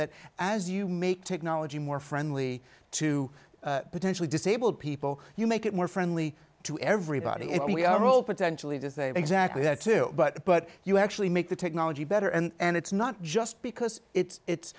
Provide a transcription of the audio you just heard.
that as you make technology more friendly to potentially disabled people you make it more friendly to everybody and we are all potentially to say exactly that too but but you actually make the technology better and it's not just because it's